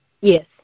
Yes